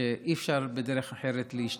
כשאי-אפשר להשתלט בדרך אחרת.